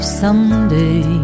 someday